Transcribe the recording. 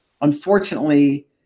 Unfortunately